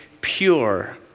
pure